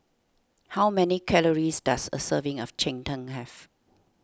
how many calories does a serving of Cheng Tng have